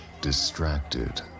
distracted